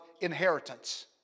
inheritance